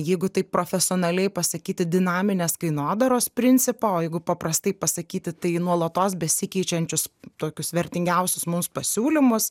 jeigu taip profesionaliai pasakyti dinaminės kainodaros principą o jeigu paprastai pasakyti tai nuolatos besikeičiančius tokius vertingiausius mums pasiūlymus